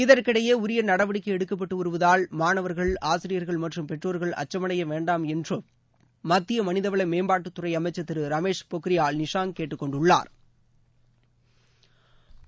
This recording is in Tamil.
இதற்கிடையேஉரியநடவடிக்கைஎடுக்கப்பட்டுவருவதால் மாணவர்கள் ஆசிரியர்கள் மற்றும் பெற்றோர்கள் அச்சமடையவேண்டாம் என்றும் மத்திய மனிதவளமேம்பாட்டுத் துறைஅமைச்சர் திருரமேஷ் பொக்ரியால் நிஷாங்க் கேட்டுக்கொண்டுள்ளாா்